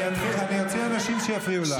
אני אוציא אנשים שיפריעו לך.